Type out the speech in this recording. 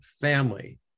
family